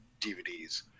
DVDs